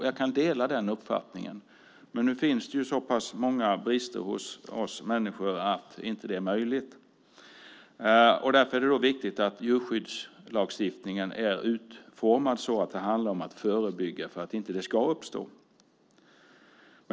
Jag kan dela den uppfattningen, men nu finns det så pass många brister hos oss människor att det inte är möjligt. Därför är det viktigt att djurskyddslagstiftningen är utformad att förebygga att inte sådant ska uppstå.